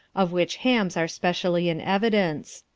of which hams are specially in evidence.